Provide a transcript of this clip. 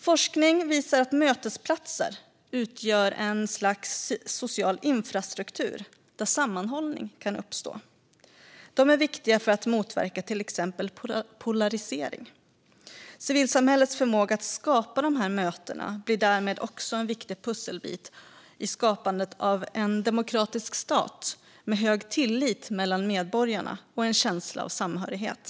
Forskning visar att mötesplatser utgör ett slags social infrastruktur där sammanhållning kan uppstå. De är viktiga för att motverka till exempel polarisering. Civilsamhällets förmåga att skapa dessa möten blir därmed också en viktig pusselbit i skapandet av en demokratisk stat med hög tillit mellan medborgarna och en känsla av samhörighet.